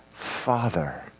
Father